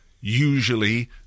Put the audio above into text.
usually